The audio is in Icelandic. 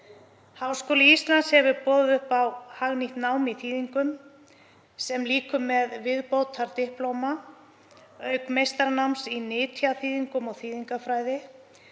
Háskóli Íslands hefur boðið upp á hagnýtt nám í þýðingum sem lýkur með viðbótardiplóma, auk meistaranáms í nytjaþýðingum og þýðingafræði.